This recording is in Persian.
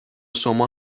شما